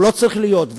הוא לא צריך להיות,